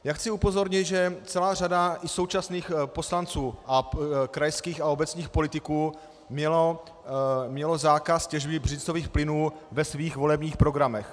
Já chci upozornit, že celá řada současných poslanců a krajských a obecních politiků měla zákaz těžby břidlicových plynů ve svých volebních programech.